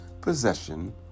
possession